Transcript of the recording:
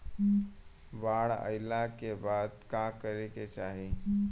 बाढ़ आइला के बाद का करे के चाही?